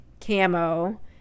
camo